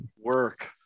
work